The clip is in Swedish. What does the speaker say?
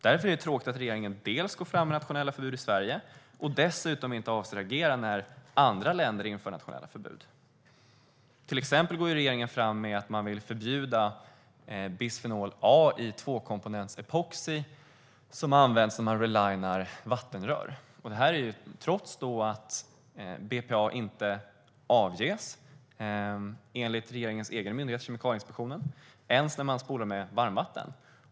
Därför är det tråkigt att regeringen går fram med nationella förbud i Sverige och dessutom inte avser att agera när andra länder inför nationella förbud. Till exempel vill regeringen förbjuda bisfenol A i tvåkomponentsepoxy, som används för att fodra om vattenrör. Det går man fram med trots att BPA inte avges, enligt regeringens egen myndighet, Kemikalieinspektionen, inte ens när man spolar med varmvatten.